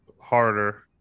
harder